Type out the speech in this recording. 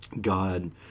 God